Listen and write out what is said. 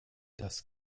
das